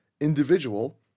individual